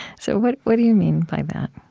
so what what do you mean by that?